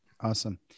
Awesome